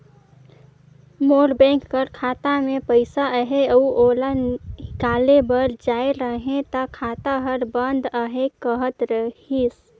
मोर bank कर खाता में पइसा अहे अउ ओला हिंकाले बर जाए रहें ता खाता हर बंद अहे कहत रहिस